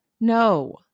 No